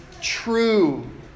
true